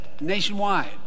nationwide